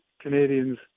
Canadians